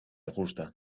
gusta